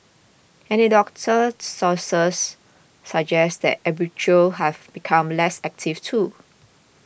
anecdotal sources suggest that arbitrageurs have become less active too